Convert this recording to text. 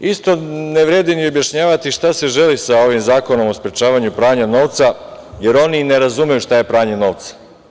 Isto ne vredi ni objašnjavati šta se želi sa ovim Zakonom o sprečavanju i pranju novca, jer oni ne razumeju šta je pranje novca.